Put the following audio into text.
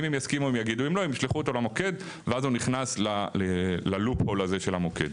אם יסכימו יגידו אם לא הם ישלחו אותו למוקד ואז הוא נכס ללופ של המוקד.